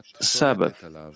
Sabbath